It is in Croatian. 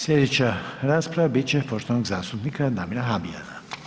Sljedeća rasprava bit će poštovanog zastupnika Damira Habijana.